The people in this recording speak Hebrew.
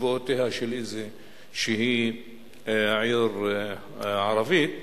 במבואותיה של איזו עיר ערבית.